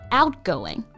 outgoing